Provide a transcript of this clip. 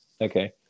Okay